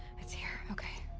it's here, okay.